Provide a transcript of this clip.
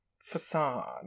facade